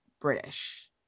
British